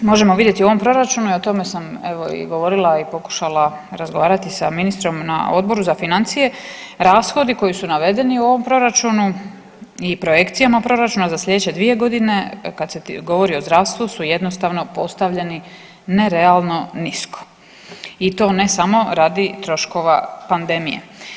Možemo vidjeti u ovom Proračunu i o tome sam, evo i govorila i pokušala razgovarati sa ministrom na Odboru za financije, rashodi koji su navedeni u ovom proračunu i projekcijama proračuna za sljedeće 2 godine kad se govori o zdravstvu su jednostavno postavljeni nerealno nisko i to ne samo radi troškova pandemije.